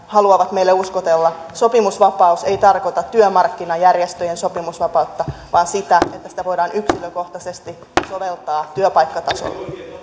haluavat meille uskotella sopimusvapaus ei tarkoita työmarkkinajärjestöjen sopimusvapautta vaan sitä että sitä voidaan yksikkökohtaisesti soveltaa työpaikkatasolla